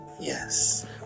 Yes